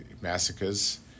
massacres